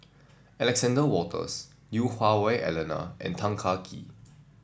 Alexander Wolters Lui Hah Wah Elena and Tan Kah Kee